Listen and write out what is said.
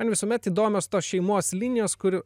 man visuomet įdomios tos šeimos linijos kur